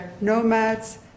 nomads